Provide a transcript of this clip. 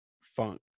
funk